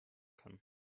kann